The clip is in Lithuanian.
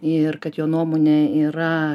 ir kad jo nuomonė yra